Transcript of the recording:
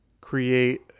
create